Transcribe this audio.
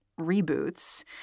reboots